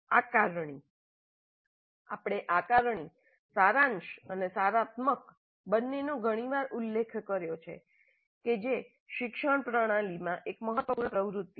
આકારણી આપણે આકારણી સારાંશ અને સારાત્મક બંને નો ઘણી વાર ઉલ્લેખ કર્યો છે કે જે શિક્ષણ પ્રણાલીમાં એક મહત્વપૂર્ણ પ્રવૃત્તિ છે